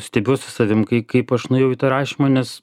stebiuosi savim kai kaip aš nuėjau į tą rašymą nes